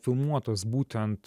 filmuotos būtent